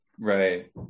right